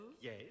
Yes